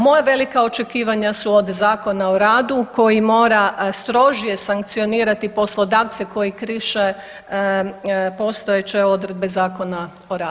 Moja velika očekivanja su od Zakona o radu koji mora strožije sankcionirati poslodavce koji krše postojeće odredbe Zakona o radu.